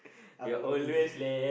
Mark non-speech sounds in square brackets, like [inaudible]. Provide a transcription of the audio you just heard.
I don't wanna go there [breath]